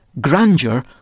grandeur